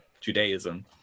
Judaism